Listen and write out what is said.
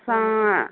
असां